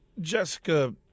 Jessica